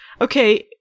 okay